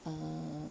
ah